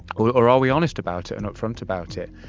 or or are we honest about it and upfront about it?